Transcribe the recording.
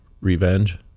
revenge